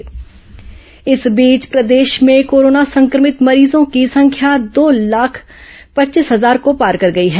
corona समाचार इस बीच प्रदेश में कोरोना संक्रमित मरीजों की संख्या दो लाख पच्चीस हजार को पार कर गई है